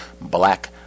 black